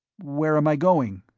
where am i going?